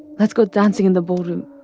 let's go dancing in the ballroom